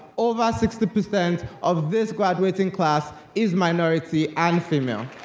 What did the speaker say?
over sixty percent of this graduating class is minority and female.